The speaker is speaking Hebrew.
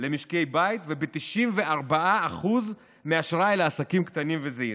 למשקי בית וב-94% מהאשראי לעסקים קטנים וזעירים.